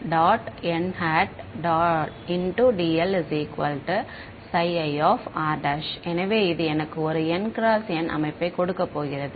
dl ir எனவே இது எனக்கு ஒரு N × N அமைப்பை கொடுக்க போகிறது